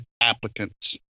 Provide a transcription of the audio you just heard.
applicants